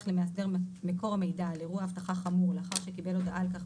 למאסדר מקור המידע על אירוע אבטחה חמור לאחר שקיבל הודעה על כך,